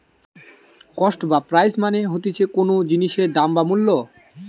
cost বা price মানে হতিছে কোনো জিনিসের দাম বা মূল্য